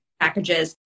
packages